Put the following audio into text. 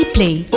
Play